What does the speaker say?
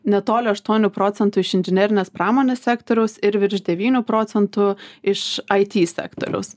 netoli aštuonių procentų iš inžinerinės pramonės sektoriaus ir virš devynių procentų iš it sektoriaus